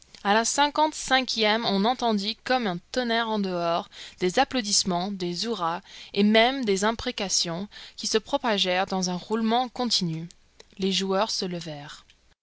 a la cinquante cinquième on entendit comme un tonnerre au-dehors des applaudissements des hurrahs et même des imprécations qui se propagèrent dans un roulement continu les joueurs se levèrent